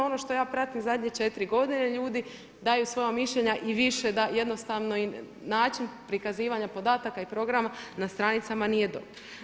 Ono što ja pratim zadnje četiri godine ljudi daju svoja mišljenja i više da jednostavno im način prikazivanja podataka i programa na stranicama nije dobar.